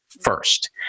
first